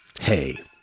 Hey